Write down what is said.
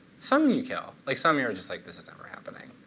some you kill. like some, you're just like, this is never happening.